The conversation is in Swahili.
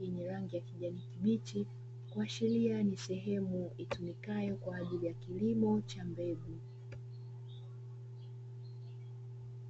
yenye rangi ya kijani kichi kuashiria ni sehemu itumikayo kwa ajili ya kilimo cha mbegu.